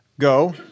Go